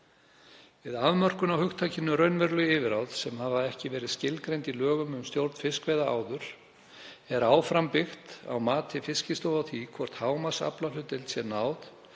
Við afmörkun á hugtakinu raunveruleg yfirráð sem hafa ekki verið skilgreind í lögum um stjórn fiskveiða áður, er áfram byggt á mati Fiskistofu og því hvort hámarksaflahlutdeild sé náð